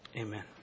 Amen